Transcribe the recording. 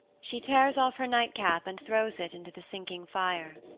she tears off her nightcap and throws it into the sinking fire.